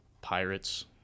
Pirates